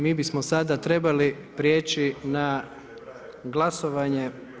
Mi bismo sada trebali prijeći na glasovanje.